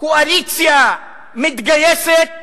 הקואליציה מתגייסת